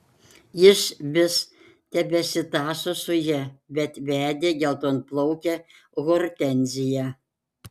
jis vis tebesitąso su ja bet vedė geltonplaukę hortenziją